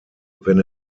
wenn